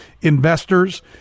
investors